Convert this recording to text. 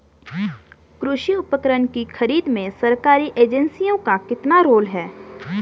कृषि उपकरण की खरीद में सरकारी एजेंसियों का कितना रोल है?